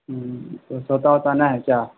کچھ پتہ بتانا ہے کیا